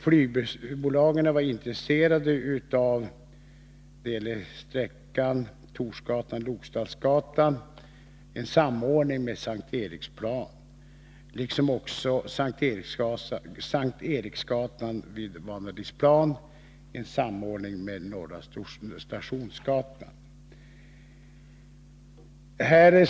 Flygbolagen var intresserade av en samordning av sträckan Torsgatan-Lokstallsgatan med S:t Eriksplan liksom också en samordning vid Vanadisplan av S:t Eriksgatan och Norra Stationsgatan.